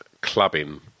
clubbing